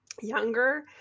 younger